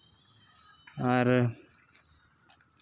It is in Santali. ᱟᱨ